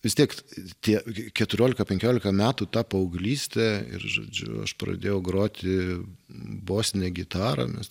vis tiek tie keturiolika penkiolika metų ta paauglystė ir žodžiu aš pradėjau groti bosine gitara mes